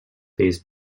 these